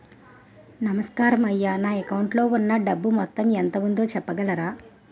నమస్కారం అయ్యా నా అకౌంట్ లో ఉన్నా డబ్బు మొత్తం ఎంత ఉందో చెప్పగలరా?